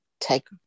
take